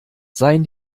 seien